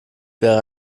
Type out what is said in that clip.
wäre